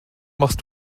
machst